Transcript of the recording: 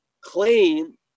claim